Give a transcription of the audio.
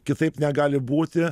kitaip negali būti